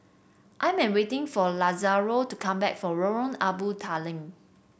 I'm waiting for Lazaro to come back from Lorong Abu Talib